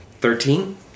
Thirteen